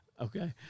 Okay